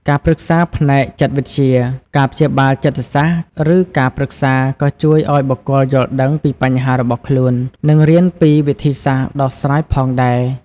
ការប្រឹក្សាផ្នែកចិត្តវិទ្យា ការព្យាបាលចិត្តសាស្ត្រ ឬការប្រឹក្សា ក៏ជួយឲ្យបុគ្គលយល់ដឹងពីបញ្ហារបស់ខ្លួន និងរៀនពីវិធីសាស្ត្រដោះស្រាយផងដែរ។